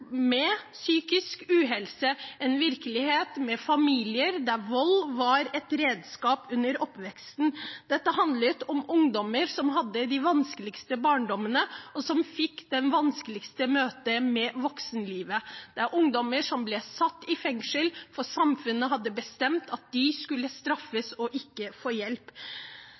med familier der vold var et redskap under oppveksten. Dette handlet om ungdommer som hadde de vanskeligste barndommene, og som fikk det vanskeligste møtet med voksenlivet. Det er ungdommer som ble satt i fengsel, for samfunnet hadde bestemt at de skulle straffes og ikke få hjelp.